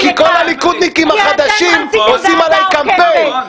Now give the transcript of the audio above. כי אתם רציתם ועדה עוקפת.